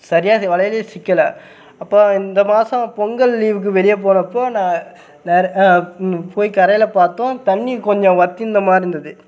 சரியாக அது வலையிலேயே சிக்கலை அப்போ இந்த மாதம் பொங்கல் லீவுக்கு வெளியே போகிறப்போ நான் வேறு போய் கரையில பார்த்தோம் தண்ணி கொஞ்சம் வத்தியிருந்த மாதிரி இருந்தது